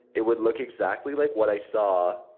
it would look exactly like what i saw.